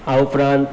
આ ઉપરાંત